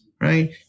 right